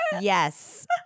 yes